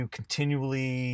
continually